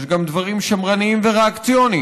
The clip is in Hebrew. יש גם דברים שמרניים וריאקציוניים,